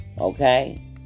Okay